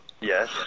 Yes